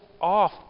off